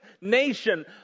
nation